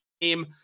game